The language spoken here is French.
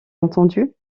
entendu